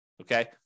okay